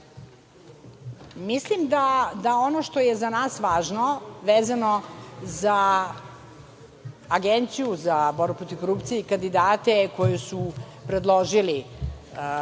da ono što je za nas važno, vezano za Agenciju za borbu protiv korupcije i kandidate koje su predložile